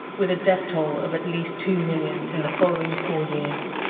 with a death toll of at least two million in the following four years